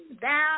down